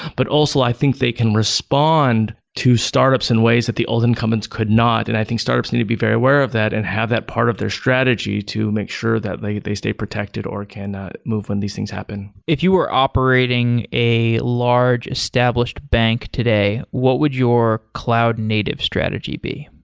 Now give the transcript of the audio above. but also i think they can respond to startups in ways that the old incumbents could not. and i think startups need to be very aware of that and have that part of their strategy to make sure that they they stay protected or cannot move when these things happen. if you are operating a large established bank today, what would your cloud native strategy be?